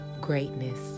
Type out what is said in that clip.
greatness